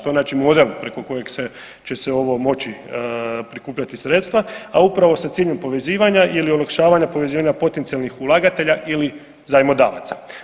To je znači model preko kojeg će se ovo moći prikupljati sredstva, a upravo sa ciljem povezivanja ili olakšavanja povezivanja potencijalnih ulagatelja ili zajmodavaca.